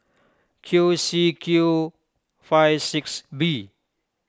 Q C Q five six B